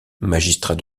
magistrat